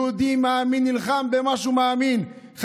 יהודי מאמין נלחם בעד מה שהוא מאמין.